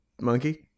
monkey